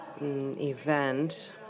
event